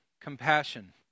compassion